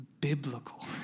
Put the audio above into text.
biblical